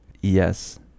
Yes